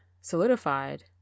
solidified